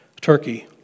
Turkey